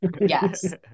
yes